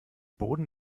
boden